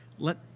let